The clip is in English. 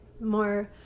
more